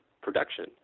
production